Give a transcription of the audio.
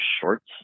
shorts